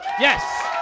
Yes